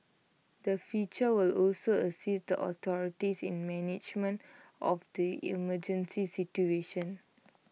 the feature will also assist the authorities in the management of the emergency situation